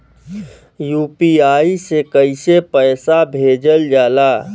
UPI से कइसे पैसा भेजल जाला?